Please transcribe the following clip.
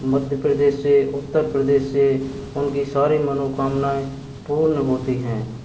मध्य प्रदेश से उत्तर प्रदेश से उन की सारी मनोकामनाएँ पूर्ण होती हैं